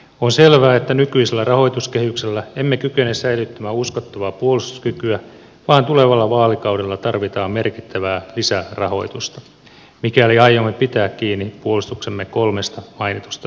on selvää että nykyisellä rahoituskehyksellä emme kykene säilyttämään uskottavaa puolustuskykyä vaan tulevalla vaalikaudella tarvitaan merkittävää lisärahoitusta mikäli aiomme pitää kiinni puolustuksemme kolmesta mainitusta tukijalasta